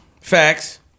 Facts